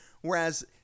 Whereas